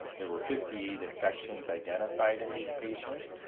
there were fifty eight infections identified in these patients